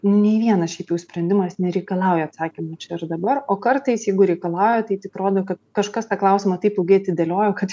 nei vienas šiaip jau sprendimas nereikalauja atsakymo čia ir dabar o kartais jeigu reikalauja tai tik rodo kad kažkas tą klausimą taip ilgai atidėliojo kad